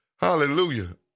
Hallelujah